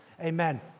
Amen